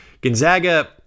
Gonzaga